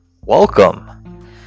welcome